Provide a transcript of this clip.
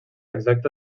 exacta